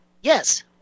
Yes